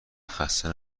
خسته